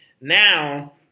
Now